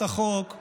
אני